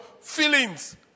feelings